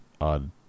odd